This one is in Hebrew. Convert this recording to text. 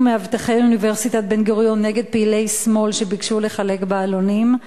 מאבטחי אוניברסיטת בן-גוריון נגד פעילי שמאל שביקשו לחלק בה עלונים?